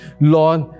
Lord